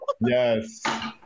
Yes